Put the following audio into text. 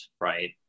right